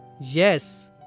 Yes